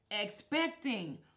Expecting